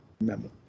remember